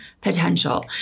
potential